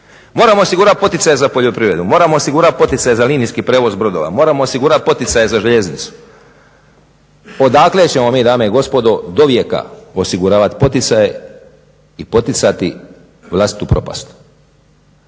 Moramo osigurati poticaje za poljoprivredu, moramo osigurati poticaje za linijski prijevoz brodova, moramo osigurati poticaje za željeznicu. Odakle ćemo mi dame i gospodo dovijeka osiguravati poticaje i poticati vlastitu propast?